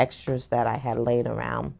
extras that i had laid around